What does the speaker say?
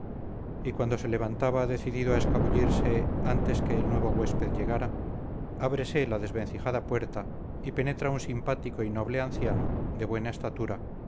y cuando se levantaba decidido a escabullirse antes que el nuevo huésped llegara ábrese la desvencijada puerta y penetra un simpático y noble anciano de buena estatura